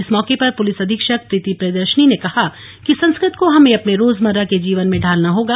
इस मौके पर पुलिस अधीक्षक प्रीती प्रियदर्शनी ने कहा कि संस्कृत को हमें अपने रोजमर्रा के जीवन में ढालना होगा